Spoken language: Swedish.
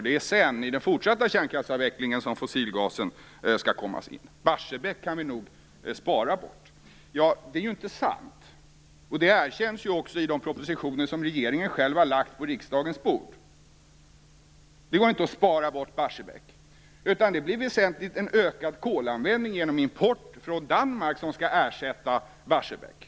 Det är sedan, i den fortsatta kärnkraftsavvecklingen, som fossilgasen skall komma. Barsebäck kan vi nog spara bort. Det är inte sant. Det erkänns också i de propositioner som regeringen själv har lagt fram på riksdagens bord. Det går inte att spara bort Barsebäck. Det blir en väsentligt ökad kolanvändning, genom import från Danmark, som skall ersätta Barsebäck.